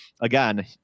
again